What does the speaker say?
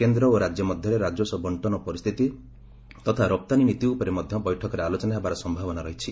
କେନ୍ଦ୍ର ଓ ରାଜ୍ୟ ମଧ୍ୟରେ ରାଜସ୍ୱ ବଣ୍ଟନ ପରିସ୍ଥିତି ତତା ରପ୍ତାନୀ ନୀତି ଉପରେ ମଧ୍ୟ ବୈଠକରେ ଆଲୋଚନା ହେବାର ସମ୍ଭାବନା ରହିଛି